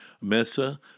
Mesa